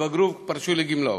התבגרו ופרשו לגמלאות.